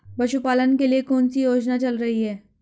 पशुपालन के लिए कौन सी योजना चल रही है?